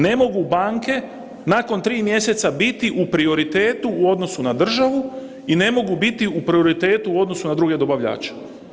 Ne mogu banke nakon tri mjeseca biti u prioritetu u odnosu na državu i ne mogu biti u prioritetu u odnosu na druge dobavljače.